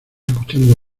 escuchando